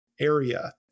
area